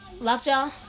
Lockjaw